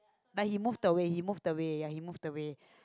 like he moved away he moved away ya he moved away